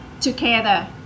together